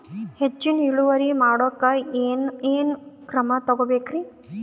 ಹೆಚ್ಚಿನ್ ಇಳುವರಿ ಮಾಡೋಕ್ ಏನ್ ಏನ್ ಕ್ರಮ ತೇಗೋಬೇಕ್ರಿ?